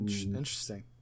interesting